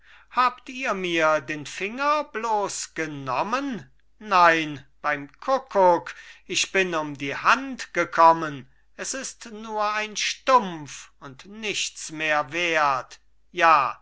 habt ihr mir den finger bloß genommen nein beim kuckuck ich bin um die hand gekommen s ist nur ein stumpf und nichts mehr wert ja